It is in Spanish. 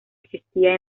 existía